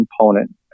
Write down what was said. component